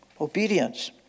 Obedience